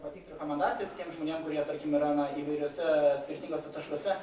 pateikt rekomendacijas tiem žmonėm kurie tarkim yra na įvairiuose skirtinguose taškuose